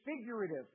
figurative